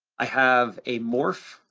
i have a morph,